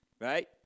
Right